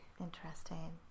Interesting